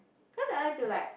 cause I like to like